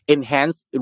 Enhanced